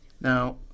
Now